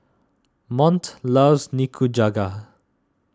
Mont loves Nikujaga